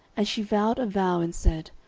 and she vowed a vow, and said,